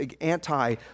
anti